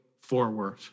forward